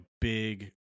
big